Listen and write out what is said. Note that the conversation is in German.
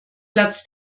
platz